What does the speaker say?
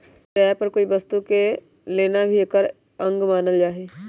किराया पर कोई वस्तु के लेना भी एकर एक अंग मानल जाहई